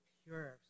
pure